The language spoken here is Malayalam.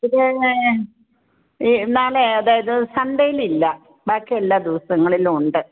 ഇത് എന്നാലേ അതായത് സണ്ഡേയിലില്ല ബാക്കി എല്ലാ ദിവസങ്ങളിലും ഉണ്ട്